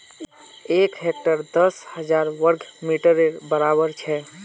एक हेक्टर दस हजार वर्ग मिटरेर बड़ाबर छे